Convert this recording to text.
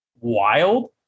wild